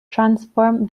transform